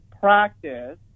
practice